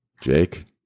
Jake